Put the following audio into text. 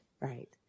right